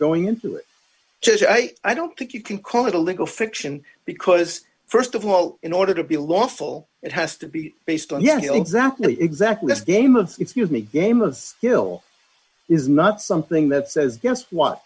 going into it i don't think you can call it a legal fiction because st of all in order to be a lawful it has to be based on yeah exactly exactly this game of excuse me game of skill is not something that says just what